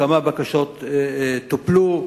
כמה בקשות טופלו,